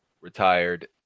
retired